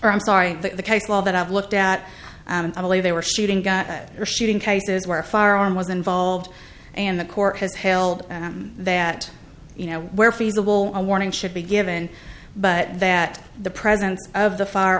or i'm sorry the case law that i've looked at i believe they were shooting or shooting cases where a firearm was involved and the court has held that you know where feasible a warning should be given but that the president of the